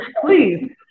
Please